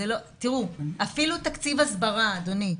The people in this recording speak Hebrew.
אפילו תקציב הסברה, אדוני,